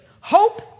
Hope